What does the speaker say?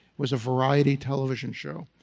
was a variety television show.